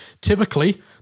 typically